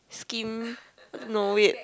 scheme no weird